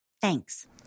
Thanks